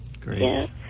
Great